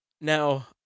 now